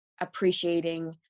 appreciating